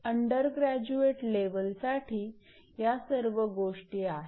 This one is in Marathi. अंडरग्रॅजुएट लेवलसाठी या सर्व गोष्टी आहेत